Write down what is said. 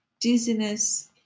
dizziness